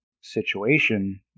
situation